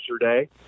yesterday